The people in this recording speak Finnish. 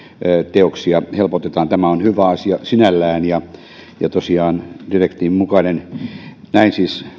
teoksia helpotetaan tämä on hyvä asia sinällään ja tosiaan direktiivin mukainen näin siis